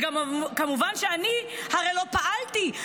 וגם כמובן שאני הרי לא פעלתי.